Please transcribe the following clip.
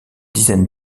dizaines